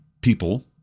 people